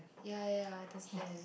ya ya understand